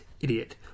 idiot